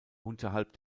unterhalb